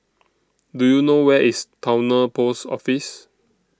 Do YOU know Where IS Towner Post Office